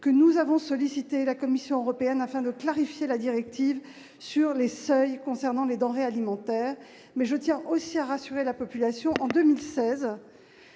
que nous avons sollicité la Commission européenne afin de clarifier la directive sur les seuils concernant les denrées alimentaires, mais je tiens aussi à rassurer la population en 2000